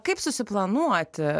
kaip susiplanuoti